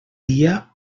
dia